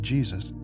Jesus